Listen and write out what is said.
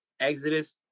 Exodus